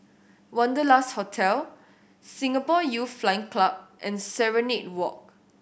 Wanderlust Hotel Singapore Youth Flying Club and Serenade Walk